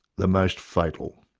the most fatal.